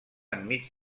enmig